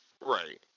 Right